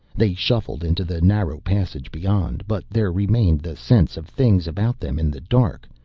they shuffled into the narrow passage beyond. but there remained the sense of things about them in the dark,